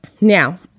Now